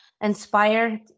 inspire